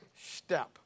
step